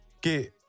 get